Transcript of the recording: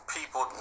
People